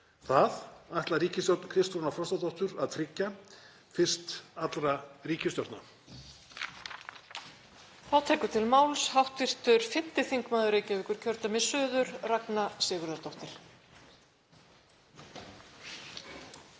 Það ætlar ríkisstjórn Kristrúnar Frostadóttur að tryggja, fyrst allra ríkisstjórna.